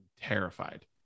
Terrified